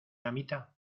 amita